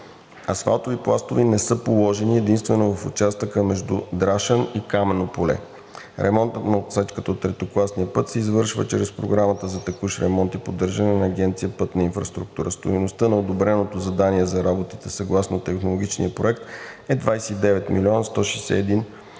Асфалтови пластове не са положени единствено в участъка между Драшан и Камено поле. Ремонтът на отсечката от третокласния път се извършва чрез Програмата за текущ ремонт и поддържане на Агенция „Пътна инфраструктура“. Стойността на одобреното задание за работата съгласно технологичния проект е 29 млн. 161 хил.